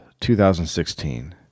2016